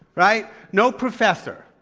right? no professor.